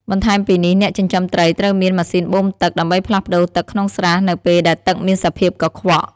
បន្ថែមពីនេះអ្នកចិញ្ចឹមត្រីត្រូវមាន ម៉ាស៊ីនបូមទឹក ដើម្បីផ្លាស់ប្ដូរទឹកក្នុងស្រះនៅពេលដែលទឹកមានសភាពកខ្វក់។